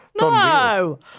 No